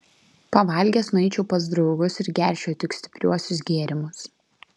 pavalgęs nueičiau pas draugus ir gerčiau tik stipriuosius gėrimus